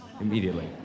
immediately